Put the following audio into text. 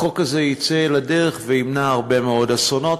החוק הזה יצא לדרך וימנע הרבה מאוד אסונות.